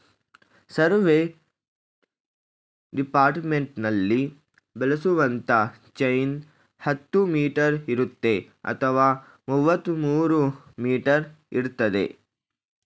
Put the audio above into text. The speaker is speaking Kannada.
ಸರ್ವೆ ಡಿಪಾರ್ಟ್ಮೆಂಟ್ನಲ್ಲಿ ಬಳಸುವಂತ ಚೈನ್ ಹತ್ತು ಮೀಟರ್ ಇರುತ್ತೆ ಅಥವಾ ಮುವತ್ಮೂರೂ ಮೀಟರ್ ಇರ್ತದೆ